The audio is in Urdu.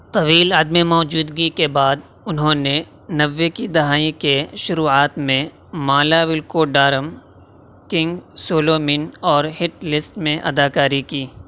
طویل عدم موجودگی کے بعد انہوں نے نوے کی دہائی کے شروعات میں مالاولکوڈارم کنگ سولومن اور ہٹ لسٹ میں اداکاری کی